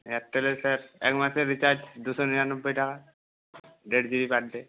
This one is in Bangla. এয়ারটেলে স্যার এক মাসের রিচার্জ দুশো নিরানব্বই টাকা দেড় জি বি পার ডে